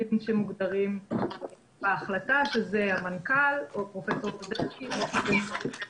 הנציגים שמוגדרים בהחלטה שהם: המנכ"ל או פרופסור סדצקי או ---.